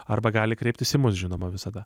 arba gali kreiptis į mus žinoma visada